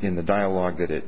in the dialogue that